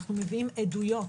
אנחנו מביאים עדויות